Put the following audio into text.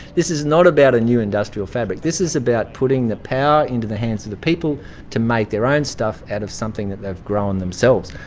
this is not about a new industrial fabric, this is about putting the power into the hands of the people to make their own stuff out of something that they've grown themselves.